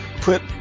put